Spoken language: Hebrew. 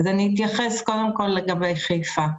אני אתייחס קודם לגבי חיפה.